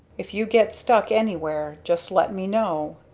if you get stuck anywhere just let me know,